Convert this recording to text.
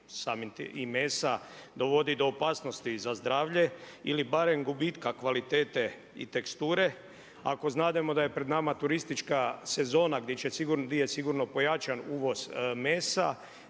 i mesa, dovodi do opasnosti za zdravlje ili barem gubitka kvalitete i teksture. Ako znademo da je pred nama turistička sezona gdje će sigurno, di je sigurno pojačan uvoz mesa,